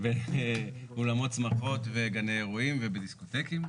באולמות שמחות וגני אירועים ובדיסקוטקים.